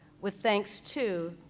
with thanks too,